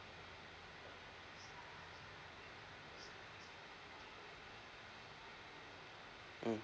mm